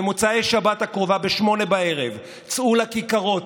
במוצאי שבת הקרובה ב-20:00 צאו לכיכרות,